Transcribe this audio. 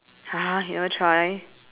!huh! you want to try